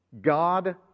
God